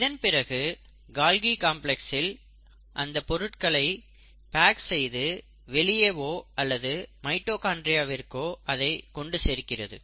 இதன்பிறகு கால்கி காம்ப்ளக்ஸ்சில் அதன் பொருட்களை பேக் செய்து வெளியேவோ அல்லது மைட்டோகாண்ட்ரியாவிற்கோ அதை கொண்டு சேர்க்கிறது